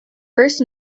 first